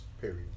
Period